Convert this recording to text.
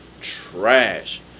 Trash